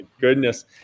goodness